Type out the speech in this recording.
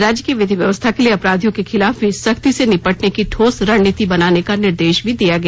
राज्य की विधि व्यवस्था के लिए अपराधियों के खिलाफ भी सख्ती से निपटने की ठोस रणनीति बनाने का निर्देश भी दिया गया